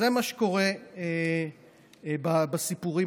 זה מה שקורה בסיפור הזה.